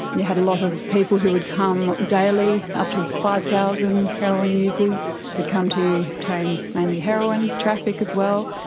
you had a lot of people who would come daily, up to five thousand heroin users who'd come to obtain mainly heroin, traffic as well,